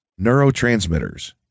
Neurotransmitters